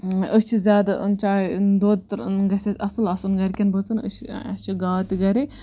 أسۍ چھِ زیاد چاے دۄد گَژھِ اَسہِ اصل آسُن گَرکیٚن بٲژَن أسۍ چھِ اَسہِ چھِ گاو تہِ گَرے